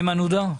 איימן עודה.